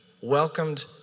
welcomed